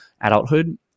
adulthood